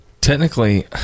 technically